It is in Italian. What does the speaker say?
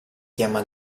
chiama